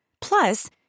Plus